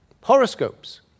Horoscopes